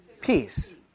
Peace